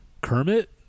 Kermit